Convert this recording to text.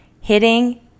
hitting